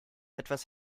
etwas